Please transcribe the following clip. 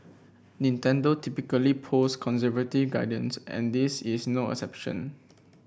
Nintendo typically post conservative guidance and this is no exception